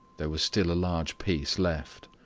there was still a large piece left.